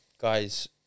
Guys